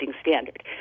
standard